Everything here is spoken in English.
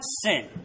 sin